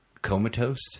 comatose